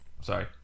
Sorry